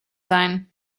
sein